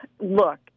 Look